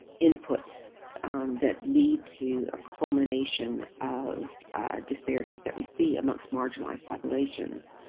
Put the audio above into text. inputs that lead to a culmination of disparities that we see amongst marginalized populations